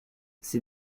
ces